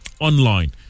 online